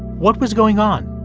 what was going on?